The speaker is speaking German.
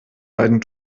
beiden